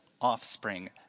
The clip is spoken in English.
offspring